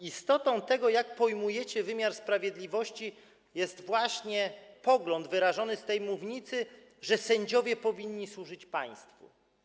Istotą tego, jak pojmujecie wymiar sprawiedliwości, jest właśnie pogląd wyrażony z tej mównicy, że sędziowie powinni służyć państwu.